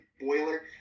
boiler